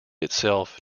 itself